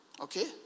Okay